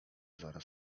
zaraz